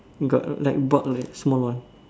got like bug like small one